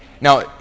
Now